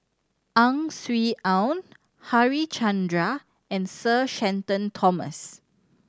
Ang Swee Aun Harichandra and Sir Shenton Thomas